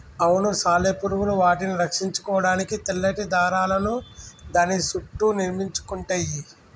అవును సాలెపురుగులు వాటిని రక్షించుకోడానికి తెల్లటి దారాలను దాని సుట్టూ నిర్మించుకుంటయ్యి